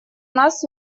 нас